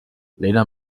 lena